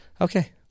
Okay